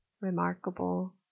remarkable